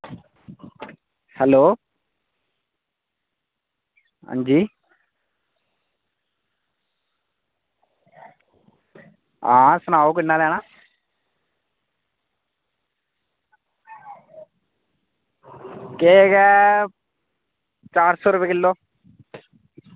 hello अंजी हां सनाओ किन्ना लैना केक ऐ चार सौ रपेआ किलो